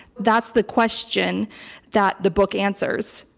that's the question that the book answers.